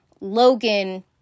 Logan